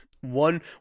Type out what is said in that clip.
one